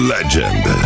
Legend